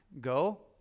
go